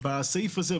בסעיף הזה,